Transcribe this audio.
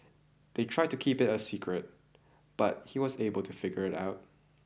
they tried to keep it a secret but he was able to figure it out